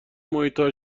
محیطها